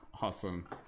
awesome